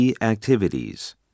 Activities